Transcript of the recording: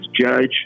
judge